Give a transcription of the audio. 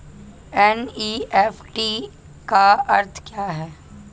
NEFT का अर्थ क्या है?